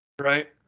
right